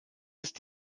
ist